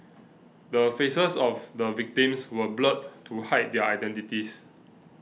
the faces of the victims were blurred to hide their identities